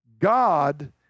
God